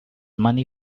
money